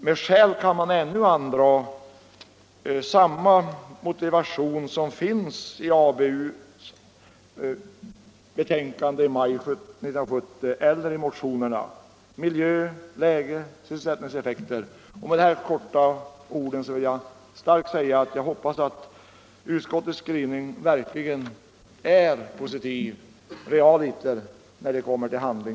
Med skäl kan man ännu andra samma motiveringar som finns i allmänna beredningsutskottets utlåtande i maj 1970 eller i motionerna — miljö, läge, sysselsättningseffekter. Med detta korta anförande vill jag med kraft framhålla att jag hoppas att utskottets skrivning realiter skall visa sig vara positiv när det nu är tid för handling.